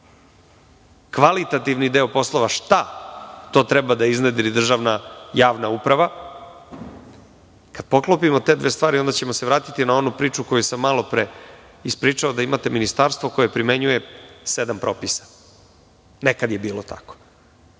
kvalitativni deo poslova šta to treba da iznedri državna javna uprava, kad poklopimo te dve stvari, onda ćemo se vratiti na onu priču koju sam malopre ispričao da imate ministarstvo koje primenjuje sedam propisa. Nekad je to bilo